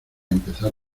empezar